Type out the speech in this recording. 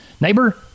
neighbor